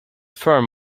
firm